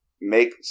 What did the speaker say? Make